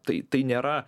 tai tai nėra